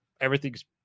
everything's